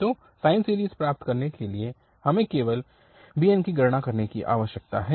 तो sine series प्राप्त करने के लिए हमें केवल bn की गणना करने की आवश्यकता है